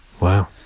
wow